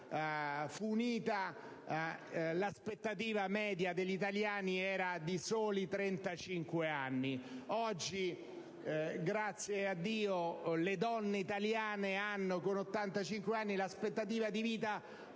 fu unita, l'aspettativa media di vita degli italiani era di soli 35 anni: oggi, grazie a Dio, le donne italiane hanno, con 85 anni, l'aspettativa di vita